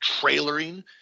trailering